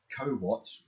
co-watch